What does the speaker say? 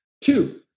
Two